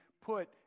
put